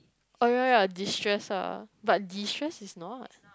oh ya ya destress ah but destress is not